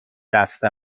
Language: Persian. دست